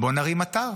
בואו נרים אתר,